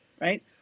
right